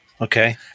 okay